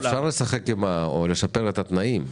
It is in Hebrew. אפשר לשפר את התנאים,